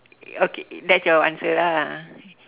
okay that's your answer ah